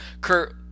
Kurt